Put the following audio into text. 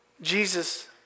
Jesus